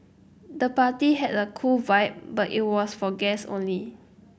the party had a cool vibe but it was for guests only